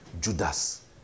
Judas